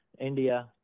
India